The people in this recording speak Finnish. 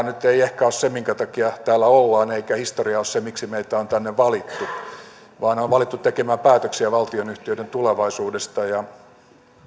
nyt ei ehkä ole se minkä takia täällä ollaan eikä historia ole se miksi meitä on tänne valittu vaan meidät on valittu tekemään päätöksiä valtionyhtiöiden tulevaisuudesta ja